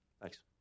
Thanks